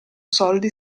soldi